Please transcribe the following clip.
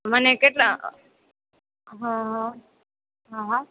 મને કેટલા હા હા